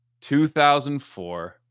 2004